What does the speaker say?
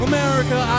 America